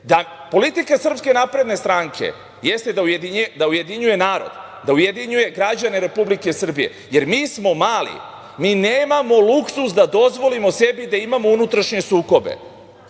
da politika SNS ujedinjuje narod, da ujedinjuje građane Republike Srbije, jer mi smo mali, mi nemamo luksuz da dozvolimo sebi da imamo unutrašnje sukobe.